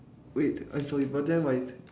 wait I'm sorry but then right